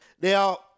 Now